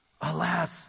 Alas